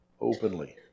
openly